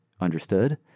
understood